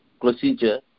procedure